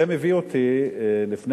ראשון